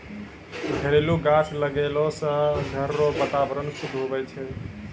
घरेलू गाछ लगैलो से घर रो वातावरण शुद्ध हुवै छै